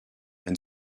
and